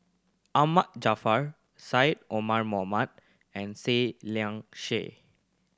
Ahmad Jaafar Syed Omar Mohamed and Seah Liang Seah